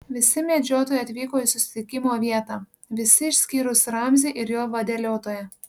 visi medžiotojai atvyko į susitikimo vietą visi išskyrus ramzį ir jo vadeliotoją